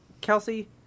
Kelsey